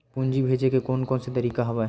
पूंजी भेजे के कोन कोन से तरीका हवय?